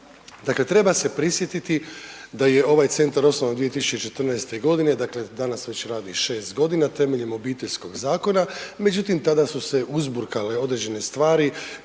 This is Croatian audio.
Dakle, treba se prisjetiti da je ovaj centar osnovan 2014.g., dakle danas radi već 6.g. temeljem Obiteljskog zakona, međutim tada su se uzburkale određene stvari,